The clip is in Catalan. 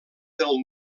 del